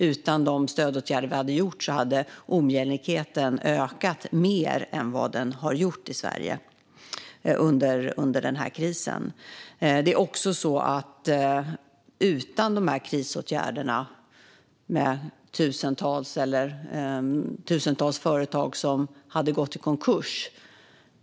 Utan de stödåtgärder vi har vidtagit hade ojämlikheten ökat mer än den har gjort i Sverige under krisen. Utan dessa krisåtgärder hade dessutom tusentals företag gått i konkurs.